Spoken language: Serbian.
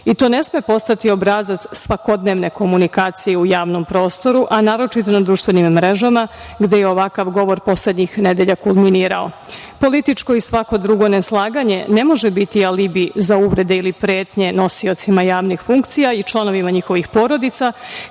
i to ne sme postati obrazac svakodnevne komunikacije u javnom prostoru, a naročito na društvenim mrežama, gde je ovakav govor poslednjih nedelja kulminirao. Političko ili svako drugo neslaganje ne može biti alibi za uvrede ili pretnje nosiocima javnih funkcija i članovima njihovih porodica,